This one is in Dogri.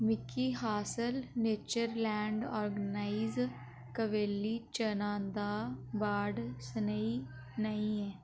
मिगी हासल नेचरलैंड ऑर्गेनाइज काबली चना दा ब्राड स्हेई नेईं ऐ